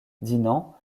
dinant